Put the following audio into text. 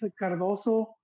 Cardoso